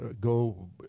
go